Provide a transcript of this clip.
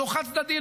לא חד-צדדי,